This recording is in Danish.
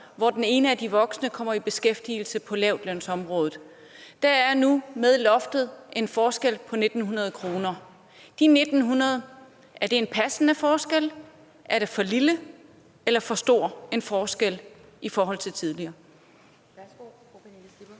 hvor en af de voksne kommer i beskæftigelse på lavtlønsområdet. Der er nu med loftet en forskel på 1.900 kr. Er det en passende forskel, eller er det for lille eller for stor en forskel i forhold til tidligere? Kl. 14:38 Formanden (Pia